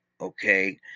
okay